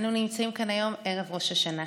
אנו נמצאים כאן היום ערב ראש השנה,